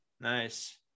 Nice